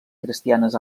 cristianes